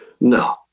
No